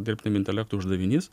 dirbtiniam intelektui uždavinys